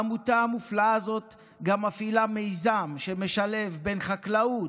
העמותה המופלאה הזאת גם מפעילה מיזם שמשלב בין חקלאות,